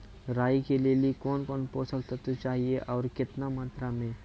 राई के लिए कौन कौन पोसक तत्व चाहिए आरु केतना मात्रा मे?